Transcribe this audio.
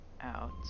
out